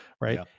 Right